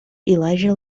elijah